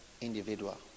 individual